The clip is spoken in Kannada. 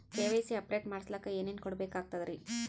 ಕೆ.ವೈ.ಸಿ ಅಪಡೇಟ ಮಾಡಸ್ಲಕ ಏನೇನ ಕೊಡಬೇಕಾಗ್ತದ್ರಿ?